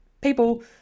people